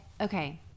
okay